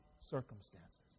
circumstances